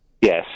Yes